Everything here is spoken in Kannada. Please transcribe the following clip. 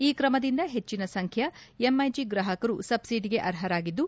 ಈ ಕ್ರಮದಿಂದ ಹೆಚ್ಚಿನ ಸಂಖ್ಯೆಯ ಎಂಐಜಿ ಗ್ರಾಹಕರು ಸಬ್ಬಡಿಗೆ ಅರ್ಹರಾಗಿದ್ದು